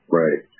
right